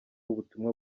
ubutumwa